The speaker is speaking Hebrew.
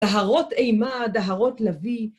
דהרות אימה, דהרות לוי.